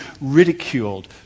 ridiculed